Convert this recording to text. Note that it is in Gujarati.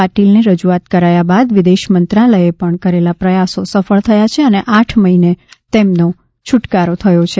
પાટીલને રજુઆત કરાયા બાદ વિદેશ મંત્રાલયે પણ કરેલા પ્રયાસ સફળ થયા છે અને આઠ મહિને તેમનો છુટકારો થયો છે